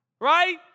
Right